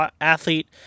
athlete